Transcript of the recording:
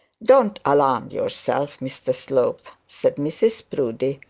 don't alarm yourself, mr slope said mrs proudie,